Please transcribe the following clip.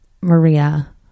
Maria